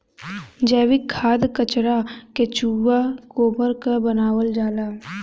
जैविक खाद कचरा केचुआ गोबर क बनावल जाला